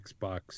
Xbox